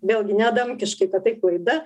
vėlgi ne adamkiškai kad tai klaida